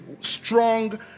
strong